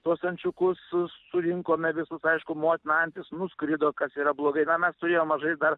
tuos ančiukus su surinkome visus aišku motina antis nuskrido kas yra blogai na mes turėjom mažai dar